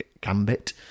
Gambit